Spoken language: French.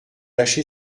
lâché